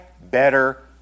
better